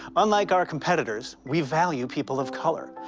unlike our competitors, we value people of color,